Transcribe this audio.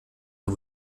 der